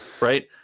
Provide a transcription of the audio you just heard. right